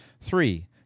Three